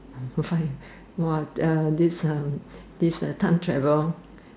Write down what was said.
!wah! uh this uh this uh time travel